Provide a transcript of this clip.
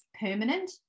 permanent